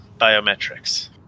biometrics